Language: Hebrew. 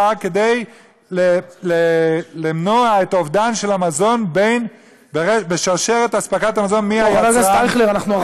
כדי למנוע את האובדן של המזון בשרשרת אספקת המזון מהיצרן אל הצרכן.